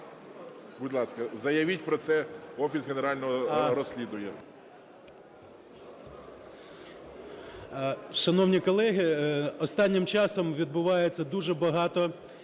Будь ласка, заявіть про це в Офіс генерального розслідування.